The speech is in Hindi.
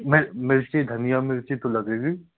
मिर्ची धनिया मिर्ची तो लगेगी